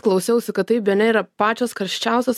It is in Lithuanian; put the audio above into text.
klausiausi kad tai bene yra pačios karščiausios